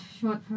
short